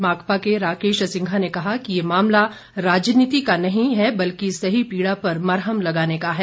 माकपा के राकेश सिंघा ने कहा कि ये मामला राजनीति का नहीं है बल्कि सही पीड़ा पर मरहम लगाने का है